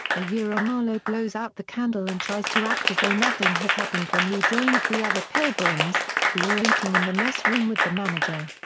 ah ah marlow blows out the candle and tries to act as though nothing has happened when he joins the other pilgrims, who are eating in the mess-room with the manager.